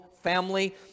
family